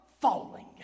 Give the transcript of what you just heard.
falling